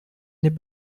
n’est